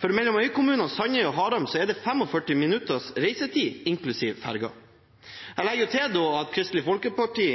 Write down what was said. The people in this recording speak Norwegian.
for mellom øykommunene Sandøy og Haram er det 45 minutters reisetid, inklusiv ferge. Jeg legger til at Kristelig Folkeparti